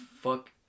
fuck